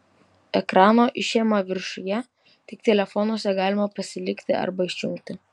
ekrano išėma viršuje tik telefonuose galima pasilikti arba išjungti